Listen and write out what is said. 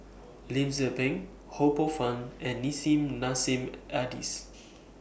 Lim Tze Peng Ho Poh Fun and Nissim Nassim Adis